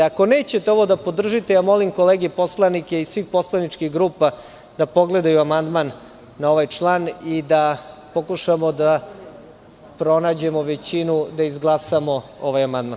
Ako nećete ovo da podržite, molim kolege poslanike iz svih poslaničkih grupa da pogledaju amandman na ovaj član i da pokušamo da pronađemo većinu i da izglasamo ovaj amandman.